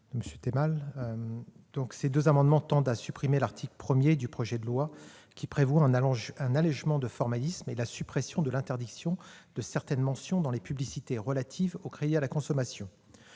spéciale ? Ces deux amendements tendent à supprimer l'article 1 du projet de loi, qui prévoit un allégement de formalisme et la suppression de l'interdiction de certaines mentions dans les publicités relatives aux crédits à la consommation.